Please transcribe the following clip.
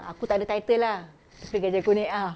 ah aku tak ada title lah tapi gaji aku naik ah